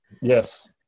Yes